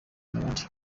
n’abandi